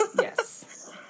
Yes